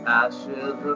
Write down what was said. ashes